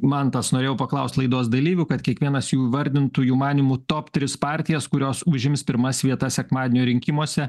mantas norėjau paklaust laidos dalyvių kad kiekvienas jų įvardintų jų manymu top tris partijas kurios užims pirmas vietas sekmadienio rinkimuose